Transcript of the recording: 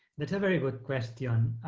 that's a very good question.